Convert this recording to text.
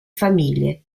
famiglie